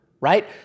Right